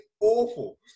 awful